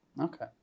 okay